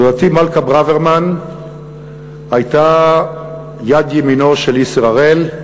דודתי מלכה ברוורמן הייתה יד ימינו של איסר הראל.